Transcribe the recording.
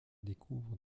découvrent